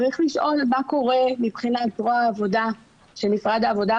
צריך לשאול מה קורה מבחינת זרוע העבודה של משרד העבודה,